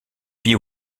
vit